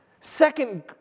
Second